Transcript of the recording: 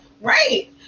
Right